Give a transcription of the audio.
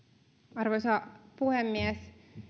arvoisa puhemies